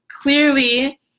clearly